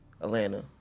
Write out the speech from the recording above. Atlanta